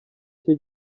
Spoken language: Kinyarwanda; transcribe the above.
cye